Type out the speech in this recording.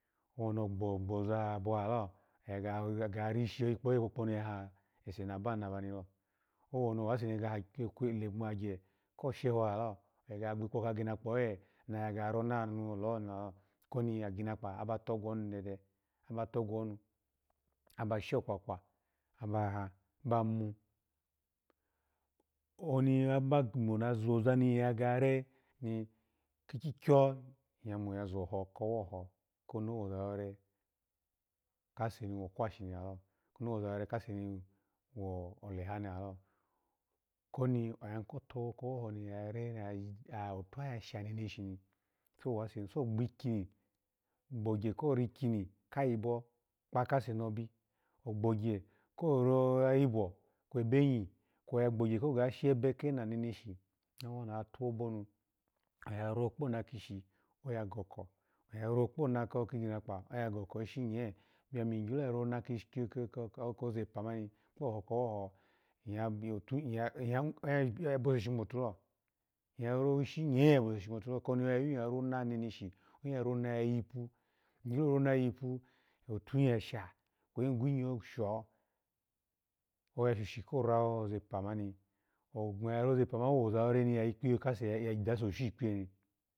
Woni ogbiza abo lalo oya gege ya geri shi ikpoye pokponu ya gu hulo ese nabanu ni lalo woni owase ni ya gege ya lenu agye ni ya shehoni lalo oya gege gbo ikpe akinakpa oye oya gege ya rona oleho ni lalo koni akinakpa ba ogwonu dede, aba togwonu, aba shokwukwu nu ba ha, ba mu ouloni abamo na zoza ni ya re ni ikyikyo iya zoho kowoho koni owo zarore kokwashi kwo oleha ni lalo, koni oya yimu ko tobabo ko who ni oya re ni otuho yasha neneshi ni so wase ni gbogye ko rikini kayibo kpa kase nubi ogbogye ko rayibo kwe ebenyi kwe ya gbogye ko ga shebe kena nemeshi owona tobobonu ya ro kpona kishi oya goko, oya ro kpona akinakpa oyu goko ishi nye byo ami gyo ya rona ko- ko- ko- koza epa kpo ohe ko iwoho oyo bose shomatulo iya ro ishi nye oya bose shomatulu koni oyayu ya rona neneshi oya yu ya yipu, igyorona yipu otuhi yasha in gyo gwunyowo sho oya shoshi ko ro oza epa mani, ni awo za epa mani woza ni ya dusu oshun ikpiyeni.